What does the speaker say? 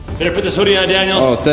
here put this hoodie on, daniel. oh,